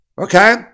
okay